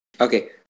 Okay